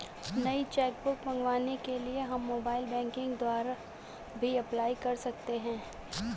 नई cheque book मंगवाने के लिए हम मोबाइल बैंकिंग द्वारा भी अप्लाई कर सकते है